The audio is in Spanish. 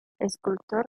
escultor